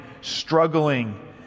struggling